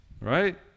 right